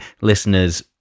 Listeners